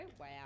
Wow